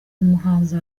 umuhanzi